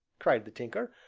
cried the tinker.